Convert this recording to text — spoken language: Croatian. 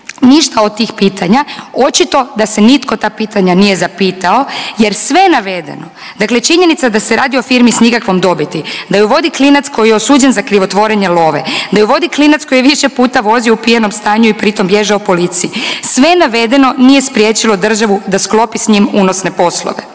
ništa od tih pitanja. Očito da se nitko ta pitanja nije zapitao jer sve navedeno, dakle činjenica da se radi o firmi s nikakvom dobiti, da ju vodi klinac koji je osuđen za krivotvorenje love, da ju vodi klinac koji je više puta vozio u pijanom stanju i pritom bježao policiji, sve navedeno nije spriječilo državu da sklopi s njim unosne poslove.